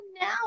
now